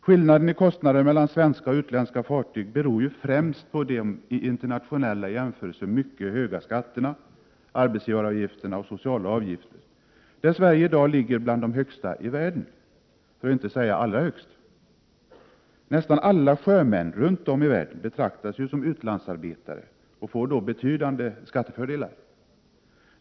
Skillnaden i kostnader mellan svenska och utländska fartyg beror ju främst på de i internationell jämförelse mycket höga skatterna, arbetsgivaravgifterna och sociala avgifterna, där Sverige i dag ligger bland de högsta i världen — för att inte säga allra högst. Nästan alla sjömän runt om i världen betraktas som utlandsarbetare och får då betydande skattefördelar.